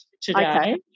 today